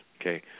okay